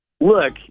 look